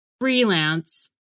freelance